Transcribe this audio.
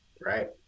Right